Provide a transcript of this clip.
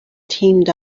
teamed